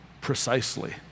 precisely